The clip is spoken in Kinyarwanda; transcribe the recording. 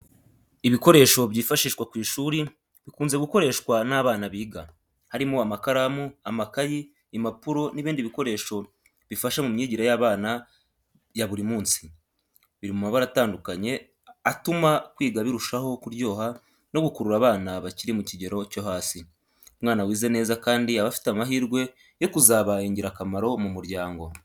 Ibikoresho byifashishwa ku ishuri bikunze gukoreshwa n’abana biga. Harimo amakaramu, amakaye, impapuro, n’ibindi bikoresho bifasha mu myigire y’abana ya buri munsi. Biri mu mabara atandukanye atuma kwiga birushaho kuryoha no gukurura abana bakiri mukigero cyo hasi. Umwana wize neza kandi aba afite amahirwe yo kuzaba ingirakamaro mu muryango.